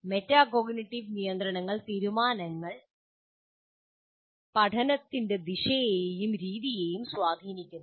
metacognitive നിയന്ത്രണ തീരുമാനങ്ങൾ പഠനത്തിൻ്റെ ദിശയെയും രീതിയെയും സ്വാധീനിക്കുന്നു